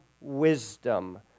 wisdom